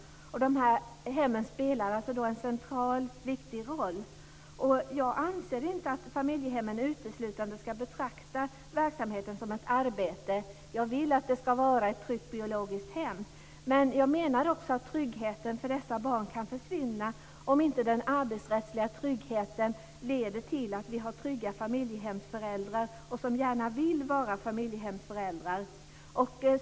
Dessa hem spelar alltså en central och viktig roll. Jag anser inte att familjehemmen uteslutande ska betrakta verksamheten som ett arbete. Jag vill att de ska vara som trygga biologiska hem. Men jag menar också att tryggheten för dessa barn kan försvinna om inte den arbetsrättsliga tryggheten leder till att det finns trygga familjehemsföräldrar som gärna vill vara familjehemsföräldrar.